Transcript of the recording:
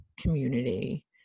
community